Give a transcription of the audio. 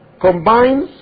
combines